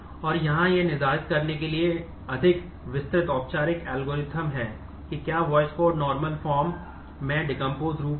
और यहाँ यह निर्धारित करने के लिए अधिक विस्तृत औपचारिक एल्गोरिथ्म में है